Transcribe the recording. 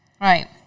Right